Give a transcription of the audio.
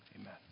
Amen